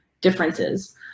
differences